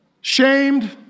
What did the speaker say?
shamed